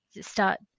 start